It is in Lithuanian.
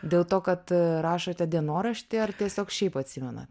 dėl to kad rašote dienoraštį ar tiesiog šiaip atsimenat